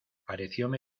parecióme